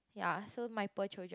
ya so my poor children